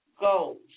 goals